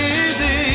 easy